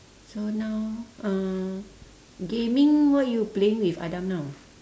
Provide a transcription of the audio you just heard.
so now uh gaming what you playing with adam now